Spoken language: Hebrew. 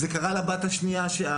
זה קרה לבת השנייה שלי,